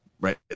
Right